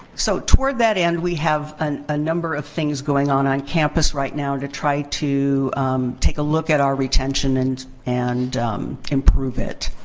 so, toward that end, we have a number of things going on on campus right now to try to take a look at our retention and and improve it.